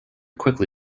quickly